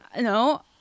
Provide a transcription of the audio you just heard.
No